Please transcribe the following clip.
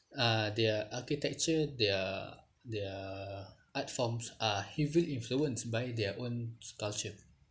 uh their architecture their their art forms are heavily influenced by their own culture